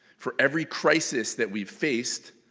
for every crisis that we've faced,